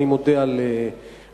אני מודה על התשובה,